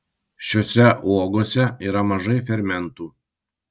šiose uogose yra mažai fermentų